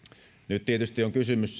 nyt tietysti on kysymys